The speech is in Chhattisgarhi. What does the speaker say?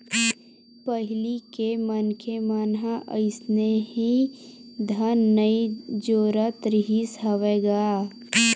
पहिली के मनखे मन ह अइसने ही धन नइ जोरत रिहिस हवय गा